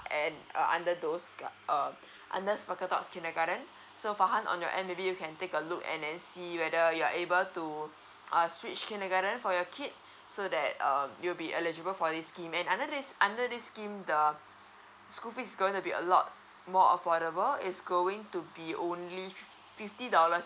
and uh under those club err under sparkletot kindergarten so farhan on your end maybe you can take a look and then see whether you are able to uh switch kindergarten for your kid so that um you'll be eligible for this scheme and under this under this scheme the schools fees is gonna be a lot more affordable it's going to be only fifty fifty dollars